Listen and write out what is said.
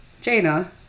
Jaina